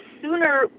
sooner